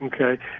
Okay